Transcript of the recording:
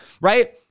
right